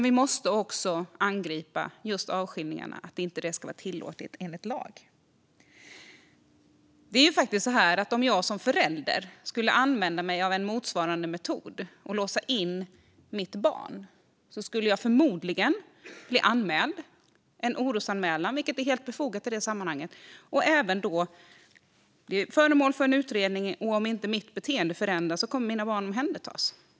Vi måste också angripa avskiljningarna. Det ska inte vara tillåtet enligt lag. Om jag som förälder skulle använda mig av en motsvarande metod och låsa in mitt barn skulle jag förmodligen bli anmäld i en orosanmälan, vilket är helt befogat i sammanhanget, och bli föremål för en utredning. Om mitt beteende då inte förändras kommer mina barn att omhändertas.